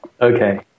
Okay